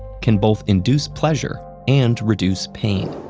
can both induce pleasure and reduce pain.